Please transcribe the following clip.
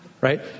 Right